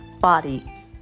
body